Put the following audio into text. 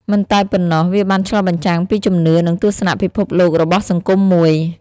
មិនតែប៉ុណ្ណោះ វាបានឆ្លុះបញ្ចាំងពីជំនឿ និងទស្សនៈពិភពលោករបស់សង្គមមួយ។